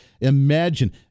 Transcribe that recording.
Imagine